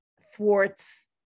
thwarts